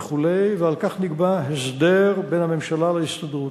ועל כך נקבע הסדר בין הממשלה להסתדרות.